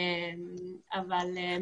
היו לי את המפקדים הכי טובים בצה"ל.